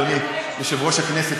אדוני יושב-ראש הכנסת,